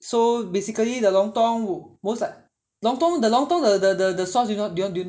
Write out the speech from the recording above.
so basically the lontong most like~ lontong the lontong the the the the sauce you know how yo~ you know how to do it or not